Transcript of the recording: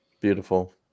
Beautiful